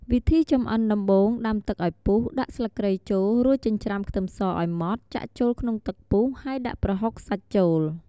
វិធីចម្អិនដំបូងដាំទឹកអោយពុះដាក់ស្លឹកគ្រៃចូល រួចចិញ្ច្រាំខ្ទឹមសឲ្យម៉ដ្ឋចាក់ចូលក្នុងទឹកពុះ ហើយដាក់ប្រហុកសាច់ចូល។